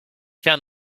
found